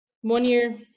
One-year